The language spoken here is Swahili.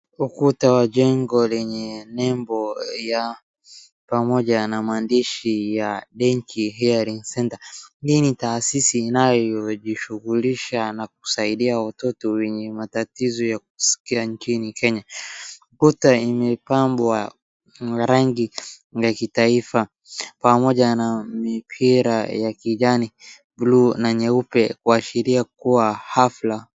Ukuta wa jengo lenye nembo ya pamoja na maandishi ya Dechi Hearing Center. Hii ni taasisi inayo jishughulisha na kusaidia watoto wenye matatizo ya kuskia nchini Kenya. Ukuta imepambwa na rangi ya kitaifa, pamoja na mipira ya kijani, buluu na nyeupe, kuashiria kuwa hafla...